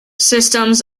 systems